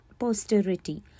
Posterity